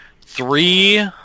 three